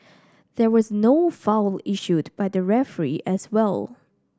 there was no foul issued by the referee as well